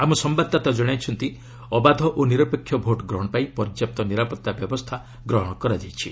ଆମ ସମ୍ଭାଦଦାତା କଣାଇଛନ୍ତି ଅବାଧ ଓ ନିରପେକ୍ଷ ଭୋଟଗ୍ରହଣ ପାଇଁ ପର୍ଯ୍ୟାପ୍ତ ନିରାପତ୍ତା ବ୍ୟବସ୍ଥା ଗ୍ରହଣ କରାଯାଇଛି